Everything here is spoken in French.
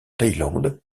thaïlande